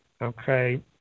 okay